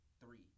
three